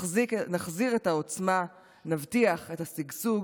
נחזיר את העוצמה, נבטיח את השגשוג